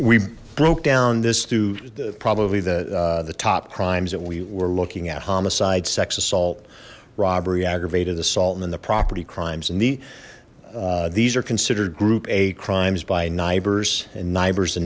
we've broke down this through probably the the top crimes that we were looking at homicide sex assault robbery aggravated assault and the property crimes and the these are considered group a crimes by